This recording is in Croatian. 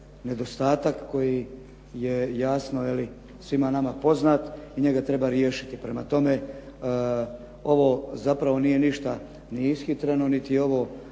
koji je jasno svima nama poznat i njega treba riješiti. Prema tome, ovo zapravo nije ništa ni ishitreno niti je